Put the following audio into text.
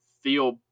feel